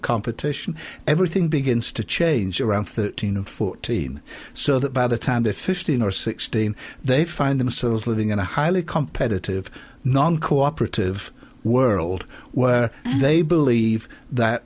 competition everything begins to change around thirteen and fourteen so that by the time they're fifteen or sixteen they find themselves living in a highly competitive non co operative world where they believe that